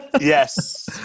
Yes